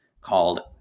called